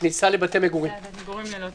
הכניסה לבתי מגורים ללא צו.